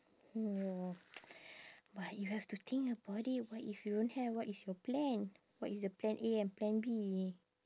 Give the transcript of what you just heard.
mm but you have to think about it what if you don't have what is your plan what is the plan A and plan B